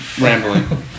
rambling